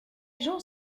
gens